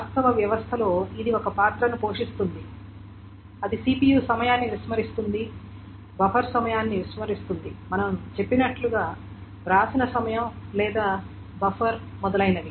వాస్తవ వ్యవస్థలో ఇది ఒక పాత్రను పోషిస్తుంది అది CPU సమయాన్ని విస్మరిస్తుంది బఫర్ సమయాన్ని విస్మరిస్తుంది మనం చెప్పినట్లు వ్రాసిన సమయం లేదా బఫర్ మొదలైనవవి